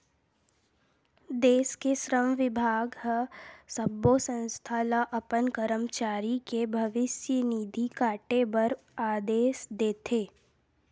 देस के श्रम बिभाग ह सब्बो संस्था ल अपन करमचारी के भविस्य निधि काटे बर आदेस देथे